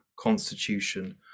constitution